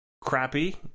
crappy